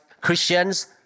Christians